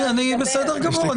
זה בסדר גמור,